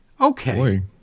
Okay